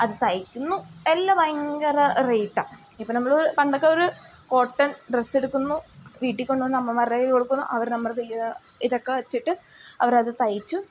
അതു തയ്ക്കുന്നു എല്ലാം ഭയങ്കര റേറ്റാണ് ഇപ്പം നമ്മൾ പണ്ടൊക്കെ ഒരു കോട്ടൺ ഡ്രസ്സെടുക്കുന്നു വീട്ടിൽ കൊണ്ടു വന്ന് അമ്മമാരേൽ കൊടുക്കുന്നു അവർ നമ്മുടെ ഈ ഇതൊക്കെ വെച്ചിട്ട് അവരത് തയ്ച്ചു